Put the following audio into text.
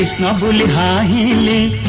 numbers me